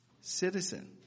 citizen